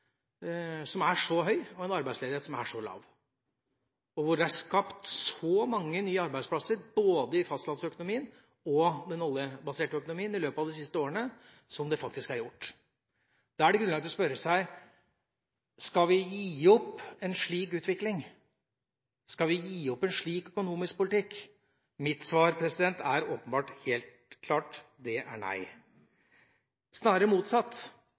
og en så lav arbeidsledighet, og at det er skapt så mange nye arbeidsplasser både i fastlandsøkonomien og den oljebaserte økonomien i løpet av de siste årene som det faktisk er gjort. Da er det grunn til å spørre seg: Skal vi gi opp en slik utvikling? Skal vi gi opp en slik økonomisk politikk? Mitt svar er åpenbart: Det er helt klart nei. Det er snarere motsatt: